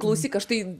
klausyk aš tai